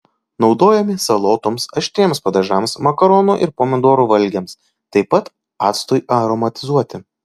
naudojami salotoms aštriems padažams makaronų ir pomidorų valgiams taip pat actui aromatizuoti